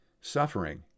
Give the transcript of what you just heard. Suffering